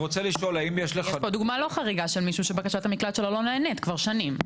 יש פה דוגמה לא חריגה של מישהו שבקשת המקלט שלו לא נענית כבר שנים.